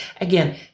Again